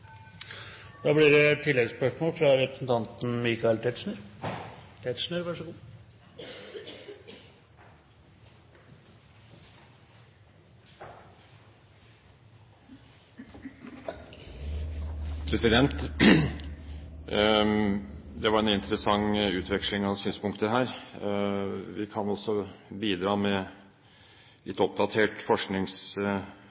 Det blir oppfølgingsspørsmål – Michael Tetzschner. Det var en interessant utveksling av synspunkter her. Vi kan også bidra med